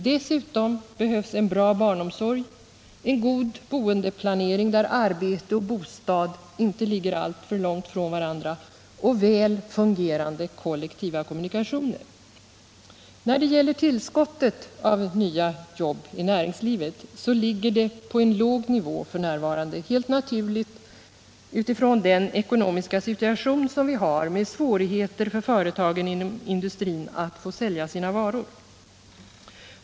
Dessutom behövs en bra barnomsorg, en god boendeplanering, där arbete och bostad inte ligger alltför långt från varandra, samt väl fungerande kollektiva kommunikationer. Tillskottet av nya jobb i näringslivet ligger på en låg nivå f. n., helt naturligt med tanke på den ekonomiska situation som vi har med svårigheter för företagen inom industrin att sälja sina varor.